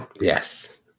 Yes